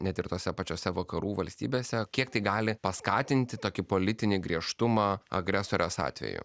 net ir tose pačiose vakarų valstybėse kiek tai gali paskatinti tokį politinį griežtumą agresorės atveju